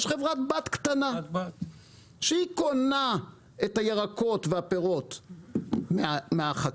יש חברת בת קטנה שהיא קונה את הירקות והפירות מהחקלאי,